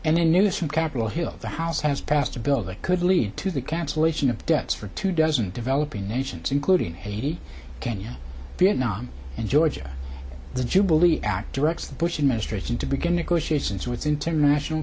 and then news from capitol hill the house has passed a bill that could lead to the cancellation of debts for two dozen developing nations including haiti kenya vietnam and georgia the jubilee act directs the bush administration to begin negotiations with the international